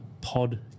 pod